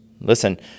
Listen